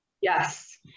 Yes